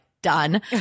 done